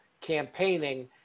campaigning